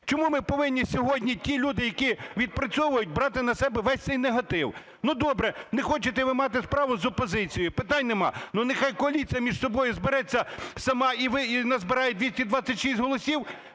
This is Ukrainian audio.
Чому ми повинні сьогодні ті люди, які відпрацьовують, брати на себе весь цей негатив? Ну, добре, не хочете ви мати справу з опозицією – питань нема, ну, нехай коаліція між собою збереться сама і назбирає 226 голосів.